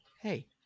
hey